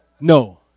No